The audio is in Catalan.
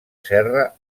serra